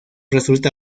resulta